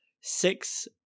six